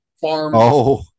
farm